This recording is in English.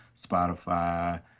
Spotify